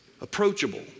Approachable